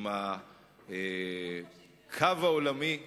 עם הקו העולמי לשלום,